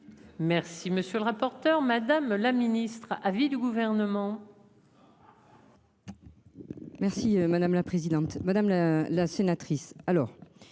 Merci monsieur le rapporteur. Madame la Ministre à vie du gouvernement.